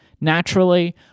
naturally